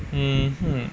mm